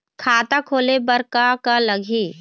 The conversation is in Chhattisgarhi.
खाता खोले बर का का लगही?